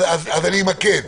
אני אמקד.